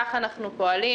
כך אנחנו פועלים.